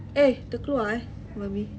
eh terkeluar eh babi